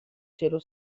cielo